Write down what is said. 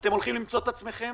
אתם הולכים למצוא את עצמכם